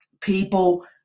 people